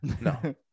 No